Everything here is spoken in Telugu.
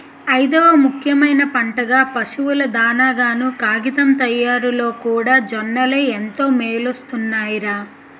ఐదవ ముఖ్యమైన పంటగా, పశువుల దానాగాను, కాగితం తయారిలోకూడా జొన్నలే ఎంతో మేలుసేస్తున్నాయ్ రా